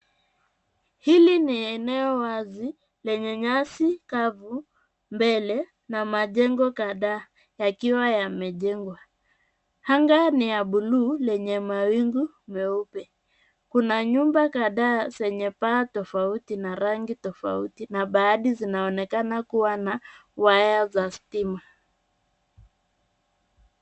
Hili ni eneo wazi lenye nyasi kavu mbele, na majengo kadhaa yakiwa yamejengwa. Anga ni ya blue lenye mawingu meupe. Kuna nyumba kadhaa zenye paa tofauti na rangi tofauti, na baadhi zinaonekana kua na waya za stima.